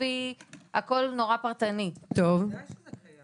בוודאי שזה קיים.